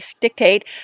dictate